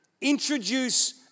introduce